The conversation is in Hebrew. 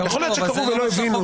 יכול להיות שקראו ולא הבינו.